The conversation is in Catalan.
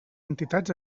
entitats